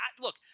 Look